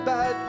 Bad